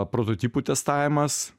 prototipų testavimas